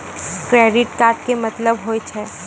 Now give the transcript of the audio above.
Credit card के मतलब होय छै?